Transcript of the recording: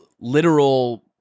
literal